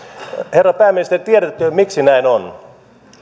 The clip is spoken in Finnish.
herra pääministeri tiedättekö miksi näin on